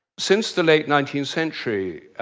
since the late nineteenth century,